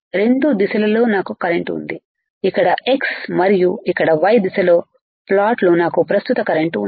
రెండు దిశలలో నాకు కరెంట్ ఉందిఇక్కడ x మరియు ఇక్కడ y దిశలో ప్లాట్లు నాకు ప్రస్తుత కరెంట్ ఉంది